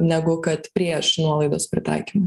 negu kad prieš nuolaidos pritaikymą